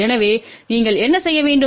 எனவே நீங்கள் என்ன செய்ய வேண்டும்